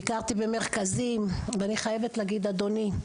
ביקרתי במרכזים ואני חייבת להגיד אדוני,